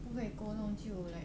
不会沟通就 like